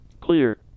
Clear